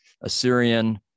Assyrian